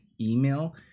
email